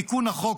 תיקון החוק,